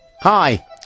Hi